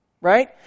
Right